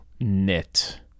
knit